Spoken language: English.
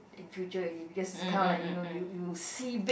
in future already because it's kind of like you know you you see big